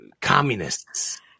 communists